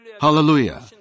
Hallelujah